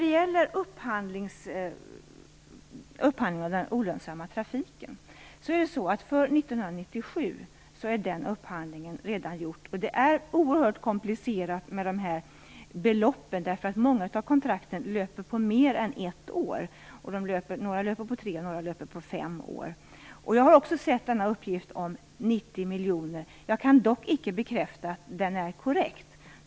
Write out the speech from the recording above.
För år 1997 är upphandlingen av den olönsamma trafiken redan gjord. Det är oerhört komplicerat med beloppen. Många av kontrakten löper på mer än ett år. Några löper på tre år, och några löper på fem år. Jag har också sett uppgiften på 90 miljoner. Jag kan dock icke bekräfta att den är korrekt.